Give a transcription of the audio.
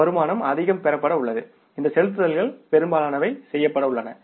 இந்த வருமானம் அதிகம் பெறப்பட உள்ளது இந்த செலுத்துதல்கள் பெரும்பாலானவை செய்யப்பட உள்ளன